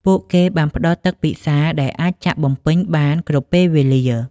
ពួកគេបានផ្តល់ទឹកពិសាដែលអាចចាក់បំពេញបានគ្រប់ពេលវេលា។